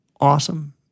awesome